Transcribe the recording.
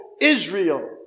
Israel